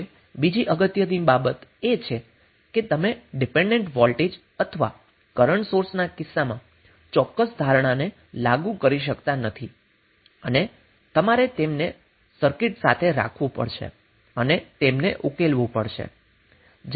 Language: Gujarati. હવે બીજી અગત્યની બાબત એ છે કે તમે ડિપેન્ડેન્ટ વોલ્ટેજ અથવા કરન્ટ સોર્સના કિસ્સામાં ચોક્કસ ધારણાને લાગુ કરી શકતા નથી અને તમારે તેમને સર્કિટ સાથે રાખવું પડશે અને તેમને ઉકેલવું પડશે